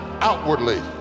outwardly